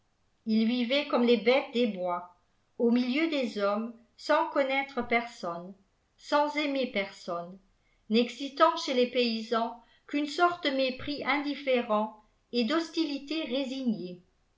ii vivait comme les bêtes des bois au milieu des hommes sans connaître personne sans aimer personne n'excitant chez les paysans qu'une sorte de mépris indifférent et d'hostilité résignée